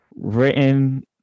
written